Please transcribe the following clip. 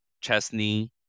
Chesney